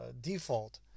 default